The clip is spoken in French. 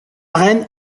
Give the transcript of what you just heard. reine